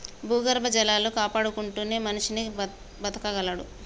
భూగర్భ జలాలు కాపాడుకుంటేనే మనిషి బతకగలడు